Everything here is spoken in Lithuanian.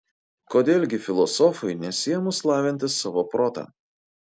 kodėl gi filosofui nesiėmus lavinti savo protą